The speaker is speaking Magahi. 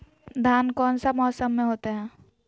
धान कौन सा मौसम में होते है?